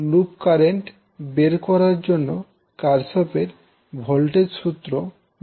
আমরা loop current বের করার জন্য কারশফের ভোল্টেজ সূত্র ব্যবহার করবো